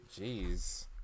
Jeez